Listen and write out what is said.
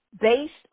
based